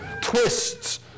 twists